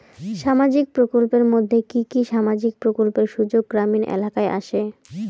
সামাজিক প্রকল্পের মধ্যে কি কি সামাজিক প্রকল্পের সুযোগ গ্রামীণ এলাকায় আসে?